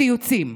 ציוצים.